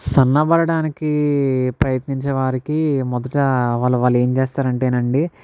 సన్నబడడానికీ ప్రయత్నించే వారికి మొదట వాళ్ళ వాళ్ళు ఏం చేస్తారంటే నండి